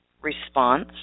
response